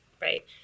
right